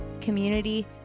community